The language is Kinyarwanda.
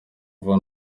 vuba